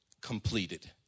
completed